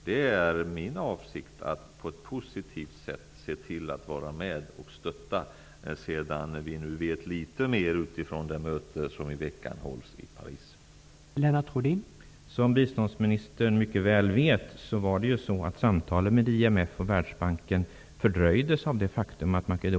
Det är min avsikt att vara med och stötta på ett positivt sätt när vi vet litet mer efter det möte som hålls i veckan i